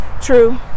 True